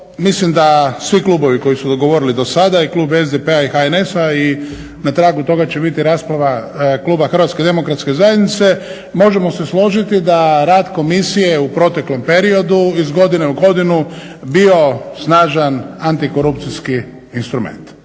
mislim da svi klubovi koji su govorili do sada i klub SDP-a i HNS-a i na tragu toga će biti rasprava Kluba Hrvatske demokratske zajednice, možemo se složiti da rad Komisije u proteklom periodu iz godine u godinu je bio snažan antikorupcijski instrument.